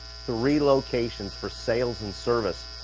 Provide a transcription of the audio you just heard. three locations for sales and service,